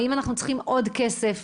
האם אנחנו צריכים עוד כסף?